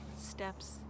steps